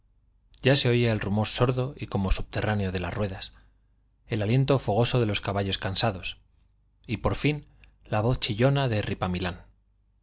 ya se oía el rumor sordo y como subterráneo de las ruedas el aliento fogoso de los caballos cansados y por fin la voz chillona de